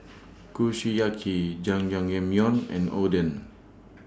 Kushiyaki Jajangmyeon and Oden